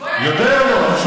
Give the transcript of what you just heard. יודע או לא?